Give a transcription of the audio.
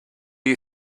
you